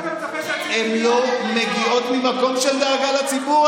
הן לא מגיעות ממקום של דאגה לציבור.